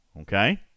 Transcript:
Okay